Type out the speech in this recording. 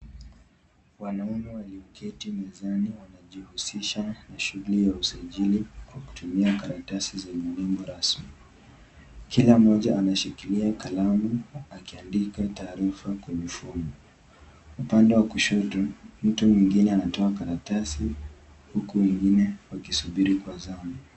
Wanaume walioketi mezani wanajihusisha na shughuli ya usajili kwa kutumia karatasi zenye rangi rasmi Kila mmoja ameshikilia kalamu akiandika taarifa kwenye fomu. Upande wa kushoto mtu mwingine anatoa karatasi huku mwingine akisubiri kwa zamu.